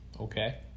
okay